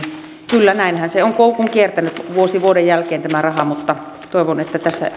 kyllä näinhän tämä raha on koukun kiertänyt vuosi vuoden jälkeen mutta toivon että